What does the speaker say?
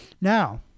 Now